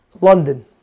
London